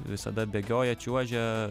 visada bėgioja čiuožia